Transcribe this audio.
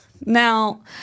Now